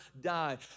die